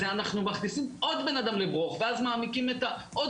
זה אנחנו מכניסים עוד בן אדם לברוך ואז מעמיקים עוד